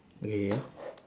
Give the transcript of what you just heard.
okay ya